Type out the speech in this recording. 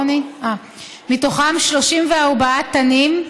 מתוכם 34 של תנים,